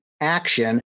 action